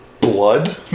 Blood